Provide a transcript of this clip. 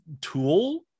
tool